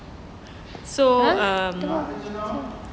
so um